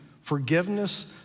forgiveness